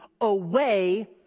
away